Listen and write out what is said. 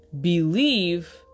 Believe